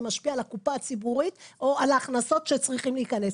משפיע על הקופה הציבורית או על ההכנסות שצריכים להיכנס.